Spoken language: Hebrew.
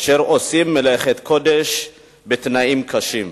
אשר עושה מלאכת קודש בתנאים קשים.